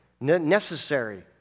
necessary